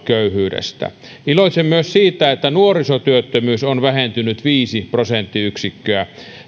köyhyydestä iloitsen myös siitä että nuorisotyöttömyys on vähentynyt viisi prosenttiyksikköä